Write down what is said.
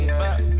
back